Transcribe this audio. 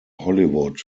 hollywood